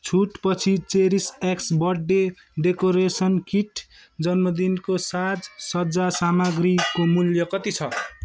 छुट पछि cherish X birthday decoration kit जन्मदिनको साज सज्जा सामग्रीको मूल्य कति छ